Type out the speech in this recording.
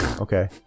Okay